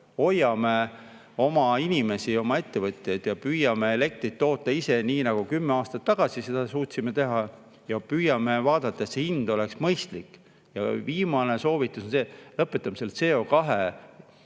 Hoiame oma inimesi, oma ettevõtjaid ja püüame elektrit toota ise, nii nagu kümme aastat tagasi seda suutsime teha, ja püüame vaadata, et hind oleks mõistlik. Viimane soovitus on see, et lõpetame CO2-ga